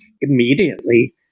immediately